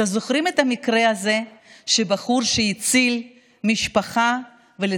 אתה זוכרים את המקרה הזה של בחור שהציל משפחה ונסחף,